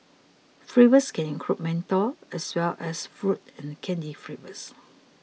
flavours can include menthol as well as fruit and candy flavours